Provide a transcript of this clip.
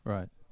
Right